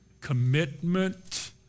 commitment